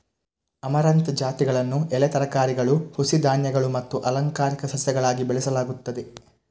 amaranth ಜಾತಿಗಳನ್ನು ಎಲೆ ತರಕಾರಿಗಳು, ಹುಸಿ ಧಾನ್ಯಗಳು ಮತ್ತು ಅಲಂಕಾರಿಕ ಸಸ್ಯಗಳಾಗಿ ಬೆಳೆಸಲಾಗುತ್ತದೆ